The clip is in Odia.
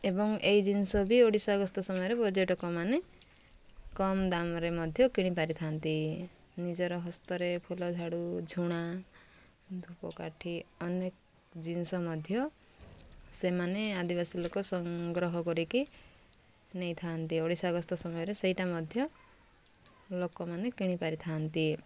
ଏବଂ ଏ ଜିନିଷ ବି ଓଡ଼ିଶା ଆାଗସ୍ତ ସମୟରେ ପର୍ଯ୍ୟଟକମାନେ କମ୍ ଦାମ୍ରେ ମଧ୍ୟ କିଣିପାରିଥାନ୍ତି ନିଜର ହସ୍ତରେ ଫୁଲ ଝାଡ଼ୁ ଝୁଣା ଧୂପକାଠି ଅନେକ ଜିନିଷ ମଧ୍ୟ ସେମାନେ ଆଦିବାସୀ ଲୋକ ସଂଗ୍ରହ କରିକି ନେଇଥାନ୍ତି ଓଡ଼ିଶାାଗସ୍ତ ସମୟରେ ସେଇଟା ମଧ୍ୟ ଲୋକମାନେ କିଣିପାରିଥାନ୍ତି